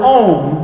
own